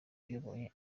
uyoboye